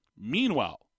Meanwhile